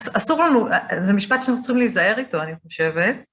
אסור לנו, זה משפט שאנחנו צריכים להיזהר איתו, אני חושבת.